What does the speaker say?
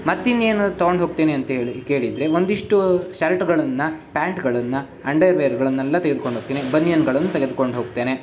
ಮತ್ತಿನ್ನೇನು ತೊಗೊಂಡು ಹೋಗ್ತೇನೆ ಅಂತೇಳಿ ಕೇಳಿದರೆ ಒಂದಿಷ್ಟು ಶರ್ಟುಗಳನ್ನು ಪ್ಯಾಂಟ್ಗಳನ್ನು ಅಂಡರ್ವೇರ್ಗಳನ್ನೆಲ್ಲ ತೆಗೆದ್ಕೊಂಡು ಹೋಗ್ತೇನೆ ಬನಿಯನ್ಗಳನ್ನು ತೆಗೆದ್ಕೊಂಡು ಹೋಗ್ತೇನೆ